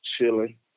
chilling